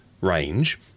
range